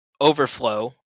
Overflow